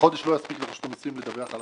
- שחודש לא יספיק לרשות המסים לדווח.